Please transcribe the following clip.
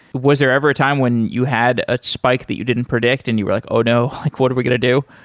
was there ever a time when you had a spike that you didn't predict and you were like, oh, no! like what are we going to do?